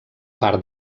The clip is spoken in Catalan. part